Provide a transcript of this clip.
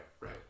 right